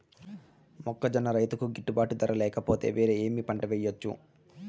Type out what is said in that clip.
మొక్కజొన్న రైతుకు గిట్టుబాటు ధర లేక పోతే, వేరే ఏమి పంట వెయ్యొచ్చు?